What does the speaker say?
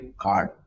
card